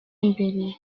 imbere